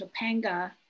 Topanga